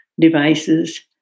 devices